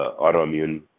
autoimmune